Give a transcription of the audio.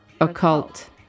occult